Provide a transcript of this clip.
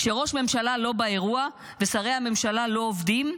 כשראש הממשלה לא באירוע ושרי הממשלה לא עובדים,